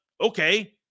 Okay